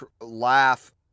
laugh